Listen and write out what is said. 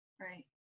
Right